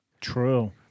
True